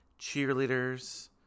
cheerleaders